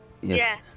Yes